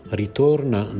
ritorna